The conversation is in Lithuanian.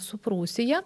su prūsija